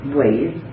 ways